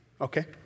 okay